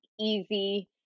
easy